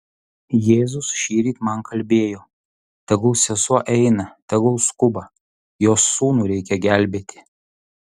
jėzus šįryt man kalbėjo tegul sesuo eina tegul skuba jos sūnų reikia gelbėti